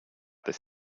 this